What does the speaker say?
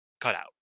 cutout